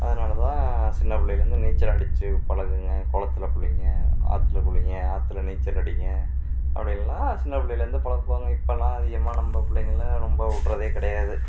அதனால் தான் சின்ன பிள்ளைலேந்து நீச்சல் அடிச்சு குழந்தைங்க குளத்துல குளிங்க ஆற்றுல குளிங்க ஆற்றுல நீச்சல் அடிங்க அப்படின்லாம் சின்ன பிள்ளைலேந்து பழக்குவாங்க இப்பெல்லாம் அதிகமாக நம்ம பிள்ளைங்கள்லாம் ரொம்ப விடுறதே கிடையாது